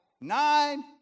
nine